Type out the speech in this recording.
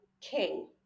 king